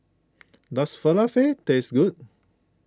does Falafel taste good